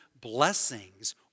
blessings